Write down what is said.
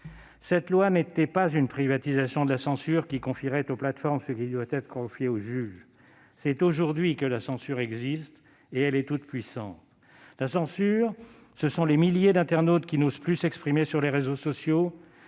Celle-ci ne prévoyait pas une privatisation de la censure, elle ne visait pas à confier aux plateformes ce qui relève du juge. C'est aujourd'hui que la censure existe, et elle est toute-puissante. La censure, ce sont les milliers d'internautes qui n'osent plus s'exprimer sur les réseaux sociaux,